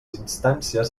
instàncies